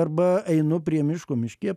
arba einu prie miško miške